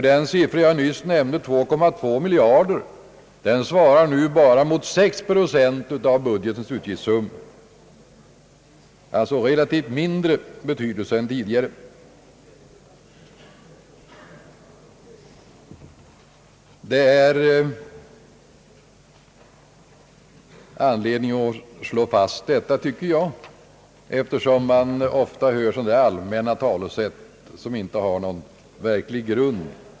Den siffra jag nyss nämnde, 2,2 miljarder, svarar nu bara mot 6 procent av budgetens utgiftssumma. Dessa intäkter har alltså relativt mindre betydelse än tidigare. Det finns anledning att slå fast detta, tycker jag, eftersom man ofta hör dylika talesätt, som inte har någon verklig grund.